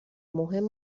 مهم